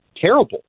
terrible